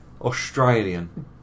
Australian